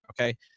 okay